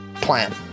plan